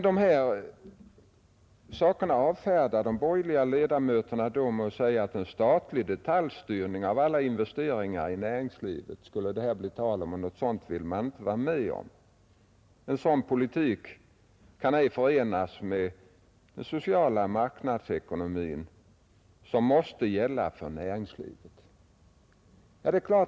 Detta avfärdar de borgerliga ledamöterna med att säga att det då skulle bli tal om en statlig detaljstyrning av alla investeringar i näringslivet, och det vill man inte vara med om — en sådan politik kan inte förenas med den sociala marknadsekonomin, som måste gälla för näringslivet.